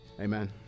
Amen